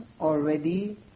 already